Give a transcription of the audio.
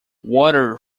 water